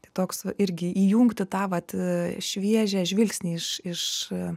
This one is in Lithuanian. tai toks irgi įjungti tą vat šviežią žvilgsnį iš iš